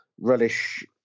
relish